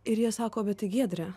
ir jie sako bet tai giedre